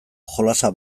jolasa